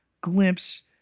glimpse